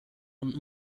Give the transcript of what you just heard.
und